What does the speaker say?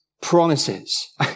promises